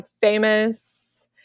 famous